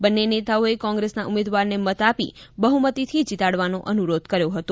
બંને નેતાઓએ કોંગ્રેસના ઉમેદવારને મત આપી બહ્મતીથી જીતાડવાનો અનુરોધ કર્યો હતો